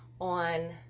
on